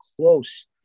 close